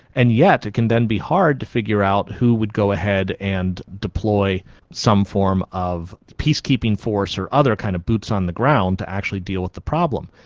and yet it can then be hard to figure out who would go ahead and deploy some form of peacekeeping force or other kind of boots on the ground to actually deal with the problem.